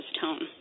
tone